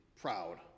proud